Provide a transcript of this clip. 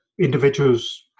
individuals